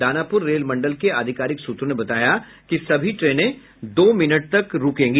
Danapur rail मंडल के आधिकारिक सूत्रों ने बताया कि सभी ट्रेनें दो मिनट तक रूकेगी